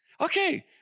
Okay